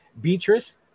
Beatrice